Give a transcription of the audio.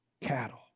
cattle